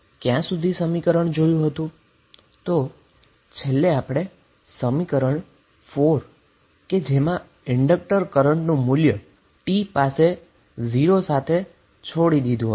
છેલ્લે શું બાકી રહે છે આપણી પાસે સમીકરણ 4 બાકી રહ્યું જે t બરાબર 0 પાસે ઇન્ડકટર છે